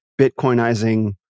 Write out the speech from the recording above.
Bitcoinizing